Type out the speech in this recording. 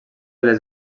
les